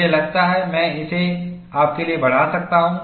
मुझे लगता है मैं इसे आपके लिए बढ़ा सकता हूं